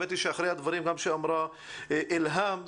אחרי הדברים שאמרה אילהם בשארה,